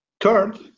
Third